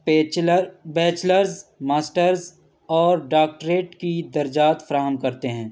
bachelor bachelors masters اور doctorate کی درجات فراہم کرتے ہیں